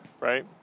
right